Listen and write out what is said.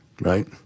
right